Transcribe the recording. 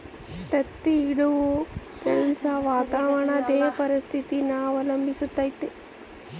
ತತ್ತಿ ಇಡೋ ಕೆಲ್ಸ ವಾತಾವರಣುದ್ ಪರಿಸ್ಥಿತಿನ ಅವಲಂಬಿಸಿರ್ತತೆ